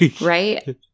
right